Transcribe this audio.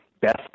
best